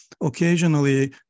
occasionally